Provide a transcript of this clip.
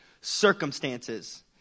circumstances